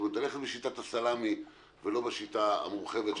כלומר ללכת בשיטת הסלמי ולא בשיטה המורחבת,